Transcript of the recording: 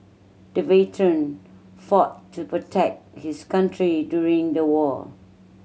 the veteran fought to protect his country during the war